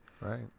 Right